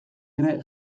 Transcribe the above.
ere